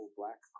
black